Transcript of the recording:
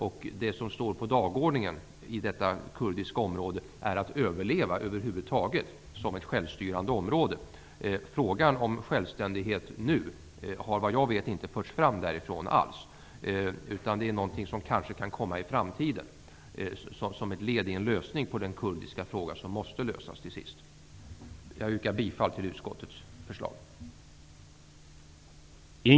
Men det som står på dagordningen i detta kurdiska område är att överleva över huvud taget som ett självstyrande område. Frågan om självständighet nu har, vad jag vet, inte förts fram alls därifrån. Det är något som kanske kan komma i framtiden, som ett led i lösningen på den kurdiska frågan, som till sist måste lösas. Jag yrkar bifall till utskottets hemställan.